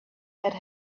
had